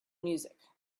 music